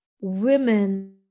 women